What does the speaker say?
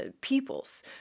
peoples